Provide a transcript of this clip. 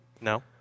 No